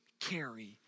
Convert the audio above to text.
carry